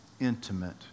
intimate